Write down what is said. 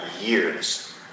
years